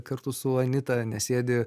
kartu su anita nesėdi